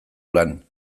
lan